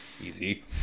Easy